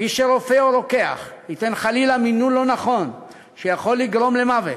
כפי שרופא או רוקח ייתן חלילה מינון לא נכון ויכול לגרום למוות.